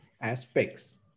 aspects